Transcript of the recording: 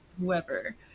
whoever